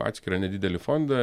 atskirą nedidelį fondą